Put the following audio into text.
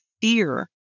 fear